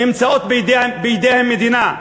נמצאות בידי המדינה,